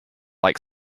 like